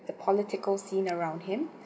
the political scene around him